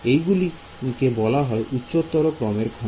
এইগুলো কে বলা হয় উচ্চতর ক্রমের খন্ড